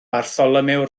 bartholomew